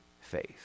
faith